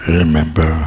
remember